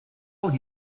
would